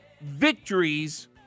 victories